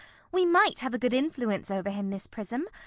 we might have a good influence over him, miss prism.